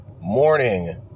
morning